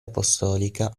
apostolica